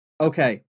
Okay